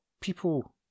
people